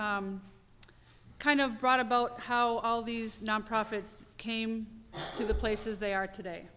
kind of brought about how all these non profits came to the places they are today